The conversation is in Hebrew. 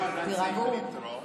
תירגעו.